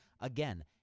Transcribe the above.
Again